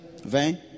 Vem